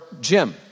Jim